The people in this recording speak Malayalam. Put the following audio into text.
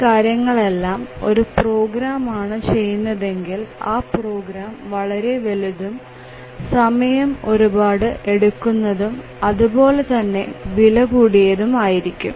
ഈ കാര്യങ്ങളെല്ലാം ഒരു പ്രോഗ്രാം ആണ് ചെയ്യുന്നതെങ്കിൽ ആ പ്രോഗ്രാം വളരെ വലുതും സമയം ഒരുപാട് എടുക്കുന്നതും അതുപോലെതന്നെ വില കൂടിയത് ആയിരിക്കും